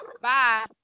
Bye